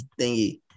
thingy